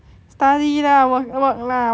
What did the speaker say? study lah work work lah where else